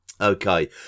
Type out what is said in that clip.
okay